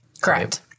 Correct